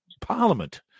parliament